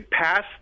pass